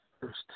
first